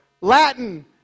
Latin